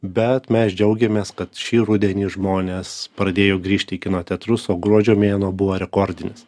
bet mes džiaugėmes kad šį rudenį žmonės pradėjo grįžti į kino teatrus o gruodžio mėnuo buvo rekordinis